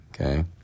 okay